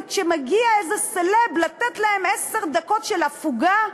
וכשמגיע איזה סלב לתת להם עשר דקות של הפוגה,